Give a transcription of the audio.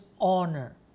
honor